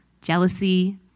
Jealousy